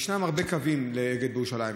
כי יש הרבה קווים לאגד בירושלים.